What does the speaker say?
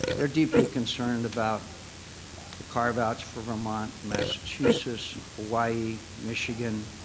they're deeply concerned about the carveouts for vermont, massachusetts, hawaii, michigan,